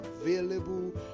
available